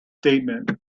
statement